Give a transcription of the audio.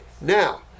Now